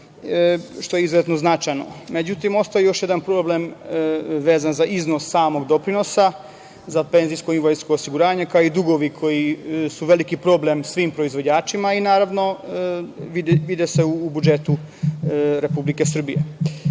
što je izuzetno značajno.Međutim, ostao je još jedan problem vezan za iznos samog doprinosa za penzijsko i invalidsko osiguranje, kao i dugovi, koji su veliki problem svim proizvođačima i, naravno, vide se u budžetu Republike Srbije.